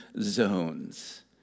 zones